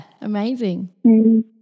amazing